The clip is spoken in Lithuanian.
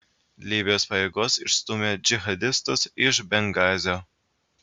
libijos pajėgos išstūmė džihadistus iš bengazio